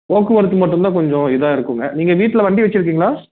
போக்குவரத்து மட்டும் தான் கொஞ்சம் இதாக இருக்குதுங்க நீங்கள் வீட்டில் வண்டி வெச்சுருக்கீங்களா